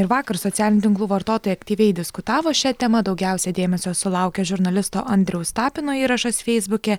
ir vakar socialinių tinklų vartotojai aktyviai diskutavo šia tema daugiausia dėmesio sulaukė žurnalisto andriaus tapino įrašas feisbuke